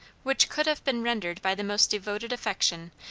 which could have been rendered by the most devoted affection,